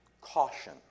caution